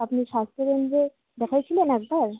আপনি স্বাস্থ্যকেন্দ্রে দেখিয়েছিলেন একবার